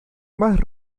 más